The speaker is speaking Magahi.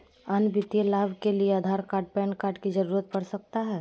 अन्य वित्तीय लाभ के लिए आधार कार्ड पैन कार्ड की जरूरत पड़ सकता है?